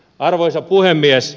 arvoisa puhemies